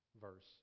verse